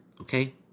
Okay